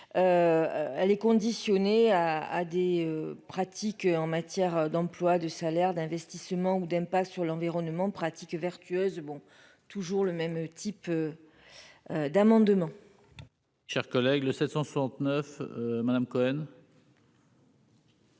elle est conditionnée à des pratiques en matière d'emploi, de salaires, d'investissement ou d'impact sur l'environnement pratiques vertueuses bon, toujours le même type d'amendements. Chers collègues, le 769 Madame Cohen.